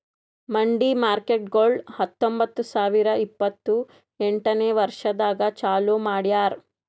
ಮಂಡಿ ಮಾರ್ಕೇಟ್ಗೊಳ್ ಹತೊಂಬತ್ತ ಸಾವಿರ ಇಪ್ಪತ್ತು ಎಂಟನೇ ವರ್ಷದಾಗ್ ಚಾಲೂ ಮಾಡ್ಯಾರ್